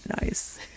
nice